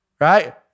right